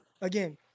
again